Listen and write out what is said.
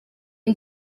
ari